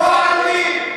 יבואו ערבים.